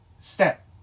step